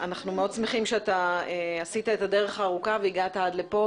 אנחנו מאוד שמחים שאתה עשית את הדרך הארוכה והגעת עד לכאן,